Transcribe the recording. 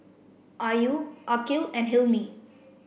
Ayu Aqil and Hilmi